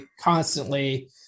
constantly